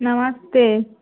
नमस्ते